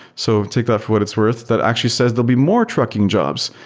so take that for what it's worth, that actually says there'll be more trucking jobs.